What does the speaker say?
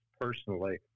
personally